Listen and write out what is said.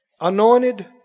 anointed